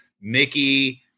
Mickey